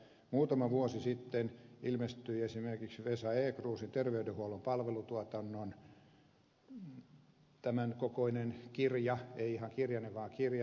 muutama vuosi sitten ilmestyi esimerkiksi vesa ekroosin terveydenhuollon palvelutuotannon tämän kokoinen kirja ei ihan kirjanen vaan kirja